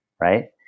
right